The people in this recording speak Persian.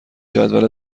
جدول